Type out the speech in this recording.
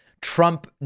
Trump